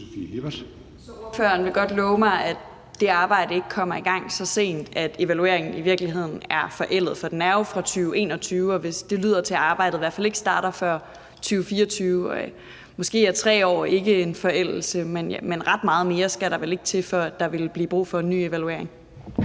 Så ordføreren vil godt love mig, at det arbejde ikke kommer i gang så sent, at evalueringen i virkeligheden er forældet? For den er jo fra 2021, og det lyder til, at arbejdet i hvert fald ikke starter før 2024. Måske betyder 3 år ikke en forældelse, men ret meget mere skal der vel ikke til, før der vil blive brug for en ny evaluering.